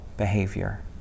behavior